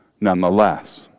nonetheless